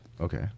Okay